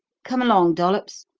come along, dollops.